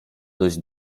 dość